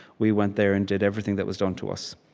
we went there and did everything that was done to us.